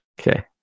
Okay